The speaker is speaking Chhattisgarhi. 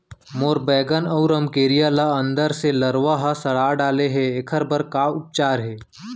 मोर बैगन अऊ रमकेरिया ल अंदर से लरवा ह सड़ा डाले हे, एखर बर का उपचार हे?